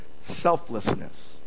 selflessness